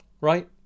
Right